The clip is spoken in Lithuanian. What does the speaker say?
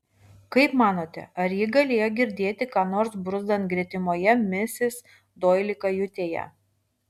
kaip manote ar ji galėjo girdėti ką nors bruzdant gretimoje misis doili kajutėje